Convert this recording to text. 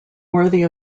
worthy